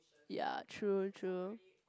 ya true true